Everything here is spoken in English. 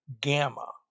gamma